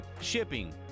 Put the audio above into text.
shipping